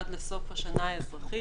עד לסוף השנה האזרחית.